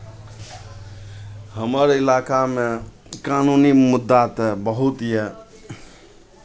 हमर इलाकामे कानूनी मुद्दा तऽ बहुत यए